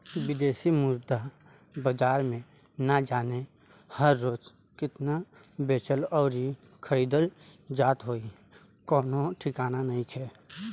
बिदेशी मुद्रा बाजार में ना जाने हर रोज़ केतना बेचल अउरी खरीदल जात होइ कवनो ठिकाना नइखे